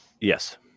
yes